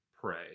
pray